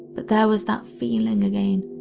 but there was that feeling again,